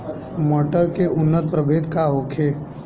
मटर के उन्नत प्रभेद का होखे?